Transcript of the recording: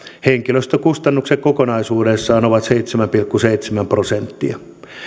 henkilöstökustannukset kokonaisuudessaan ovat seitsemän pilkku seitsemän prosenttia